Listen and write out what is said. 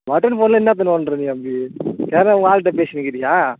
button ஃபோனில் என்னத்த நோண்டுகிற நீ அப்படி எதுனா உன் ஆள்ட்ட பேசுன்னுக்கிறியா